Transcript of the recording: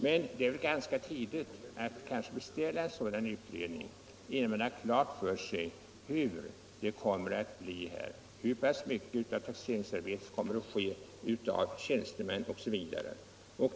Men det är väl litet för tidigt att beställa en sådan utredning innan man har klart för sig hur det kommer att bli, hur pass mycket av taxeringsarbetet som kommer att utföras av tjänstemän osv.